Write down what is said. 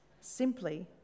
simply